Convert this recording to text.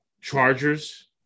Chargers